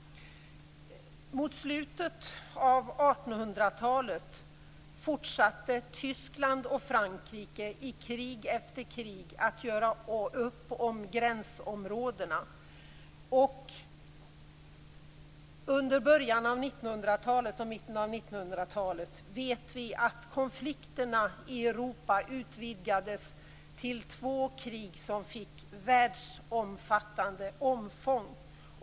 Mot slutet av 1800-talet fortsatte Tyskland och Frankrike att i krig efter krig göra upp om gränsområdena, och under början och mitten av 1900-talet vet vi att konflikterna i Europa utvidgades till två krig som blev världsomfattande.